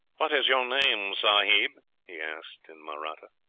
what is your name, sahib he asked in mahratta.